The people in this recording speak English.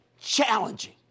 challenging